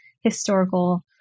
historical